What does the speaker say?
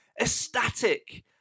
ecstatic